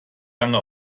lange